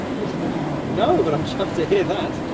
you didn't know? no, but i'm chuffed to hear that!